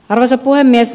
arvoisa puhemies